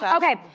but okay,